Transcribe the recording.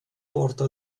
porta